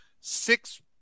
six